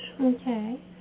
Okay